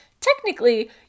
technically